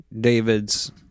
David's